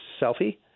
selfie